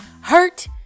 Hurt